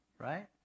right